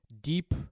deep